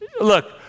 look